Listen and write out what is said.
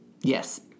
Yes